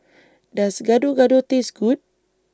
Does Gado Gado Taste Good